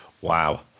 Wow